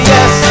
Yes